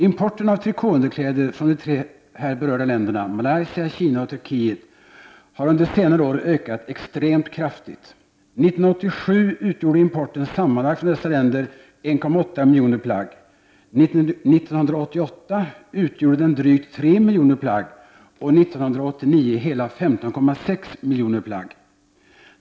Importen av trikåunderkläder från de berörda länderna — Malaysia, Kina och Turkiet — har under senare år ökat mycket kraftigt. År 1987 utgjorde importen sammanlagt från dessa länder 1,8 miljoner plagg, 1988 utgjorde den drygt 3 miljoner plagg och 1989 hela 15,6 miljoner plagg.